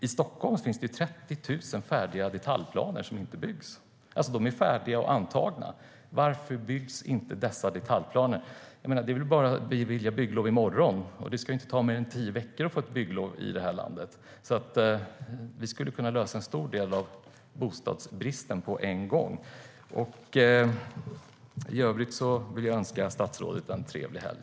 I Stockholm finns det 30 000 färdiga och antagna detaljplaner som inte används för byggande. Varför byggs det inte i enlighet med dessa detaljplaner? Det är väl bara att bevilja bygglov i morgon? Det ska inte ta mer än tio veckor att få ett bygglov i det här landet. Vi skulle kunna lösa en stor del av bostadsbristen på en gång. I övrigt vill jag önska statsrådet en trevlig helg!